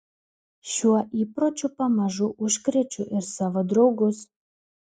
šiuo įpročiu pamažu užkrečiu ir savo draugus